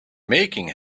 making